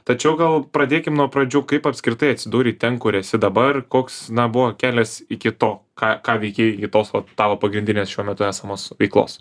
tačiau gal pradėkim nuo pradžių kaip apskritai atsidūrei ten kur esi dabar koks na buvo kelias iki to ką ką veikei iki tos vat tavo pagrindinės šiuo metu esamos veiklos